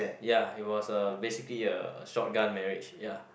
ya it was uh basically a a shotgun marriage ya